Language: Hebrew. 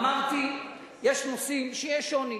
אמרתי: יש נושאים שיש שוני.